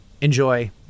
Enjoy